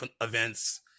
events